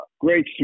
Great